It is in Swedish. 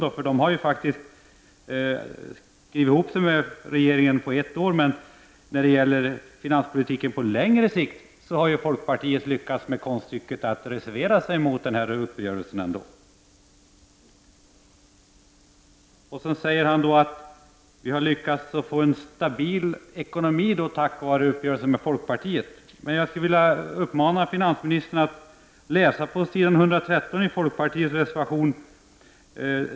Folkpartiet har ju där faktiskt skrivit ihop sig med regeringen på ett år, men när det gäller finanspolitiken på längre sikt har folkpartiet lyckats med konststycket att ändå reservera sig mot den här uppgörelsen. Så säger finansministern att vi har lyckats få en stabil ekonomi tack vare uppgörelsen med folkpartiet. Men jag vill uppmana finansministern att läsa på s. 113, i folkpartiets reservation.